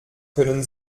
können